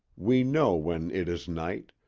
we know when it is night,